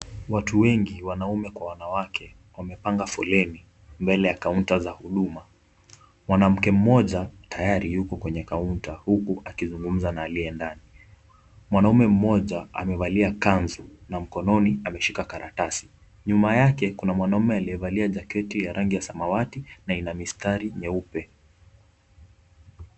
Watu wengi wanaume kwa wanawake wamepanga foleni mbele ya kaunta za huduma. Mwanamke mmoja tayari yuko kwenye kaunta huku akizungumza na aliye ndani. Mwanaume mmoja amevalia kanzu na mkononi ameshika karatasi. Nyuma yake kuna mwanaume aliyevalia jaketi ya rangi ya samawati na ina mistari nyeupe.